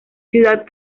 ciudad